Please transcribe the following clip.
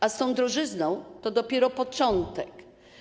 A z tą drożyzną to dopiero początek.